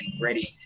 ready